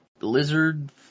lizard